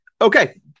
Okay